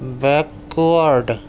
backward